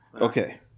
Okay